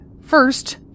First